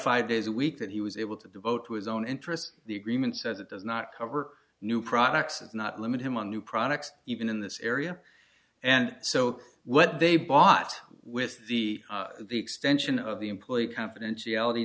five days a week that he was able to devote to his own interests the agreement says it does not cover new products and not limit him on new products even in this area and so what they bought with the extension of the employee confidentiality